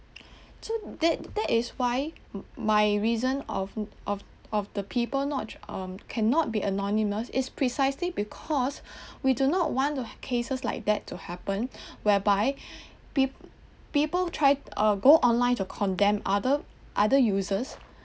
so that that is why my reason of of of the people not um cannot be anonymous is precisely because we do not want cases like that to happen whereby p~ people try uh go online to condemn other other users